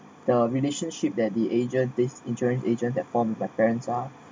the relationship that the agent this insurance agent that form by parents are